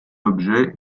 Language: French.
objet